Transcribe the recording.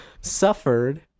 suffered